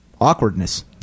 awkwardness